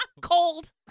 Cold